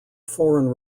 foreign